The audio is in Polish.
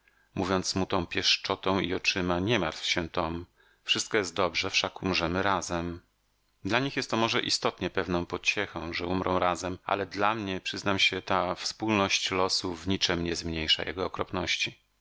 mówiąc mu tą pieszczotą i oczyma nie martw się tom wszystko jest dobrze wszak umrzemy razem dla nich jest to może istotnie pewną pociechą że umrą razem ale dla mnie przyznam się ta wspólność losu w niczem nie zmniejsza jego